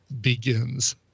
begins